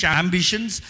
ambitions